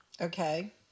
Okay